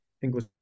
English